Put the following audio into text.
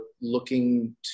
looking